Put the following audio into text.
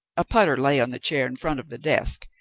a putter lay on the chair in front of the desk,